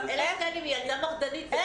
אלא אם כן היא ילדה מרדנית.